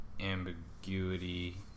ambiguity